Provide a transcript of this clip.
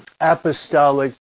apostolic